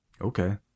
Okay